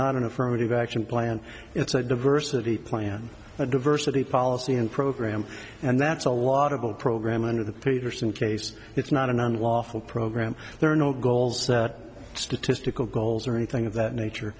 not an affirmative action plan it's a diversity plan a diversity policy and program and that's a lot of a program under the peterson case it's not an unlawful program there are no goals that statistical goals or anything of that nature